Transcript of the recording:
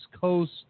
Coast